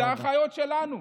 אלה האחיות שלנו.